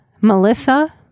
Melissa